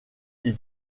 ils